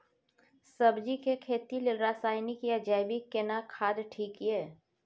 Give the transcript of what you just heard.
सब्जी के खेती लेल रसायनिक या जैविक केना खाद ठीक ये?